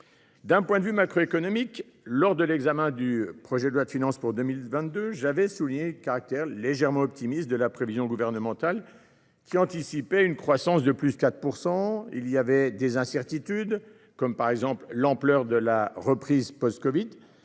Du point de vue macroéconomique, lors de l’examen du projet de loi de finances pour 2022, j’avais souligné le caractère « légèrement optimiste » de la prévision du Gouvernement, qui anticipait une croissance de 4 %. Des incertitudes pesaient déjà sur elle, comme l’ampleur de la reprise post covid.